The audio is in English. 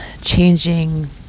changing